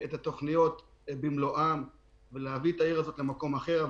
את התוכניות במלואן ולהביא את העיר הזאת למקום אחר.